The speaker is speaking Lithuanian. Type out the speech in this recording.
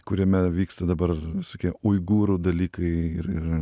kuriame vyksta dabar visokie uigurų dalykai ir ir